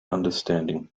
understanding